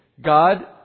God